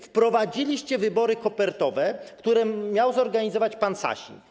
Wprowadziliście wybory kopertowe, które miał zorganizować pan Sasin.